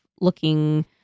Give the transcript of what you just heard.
looking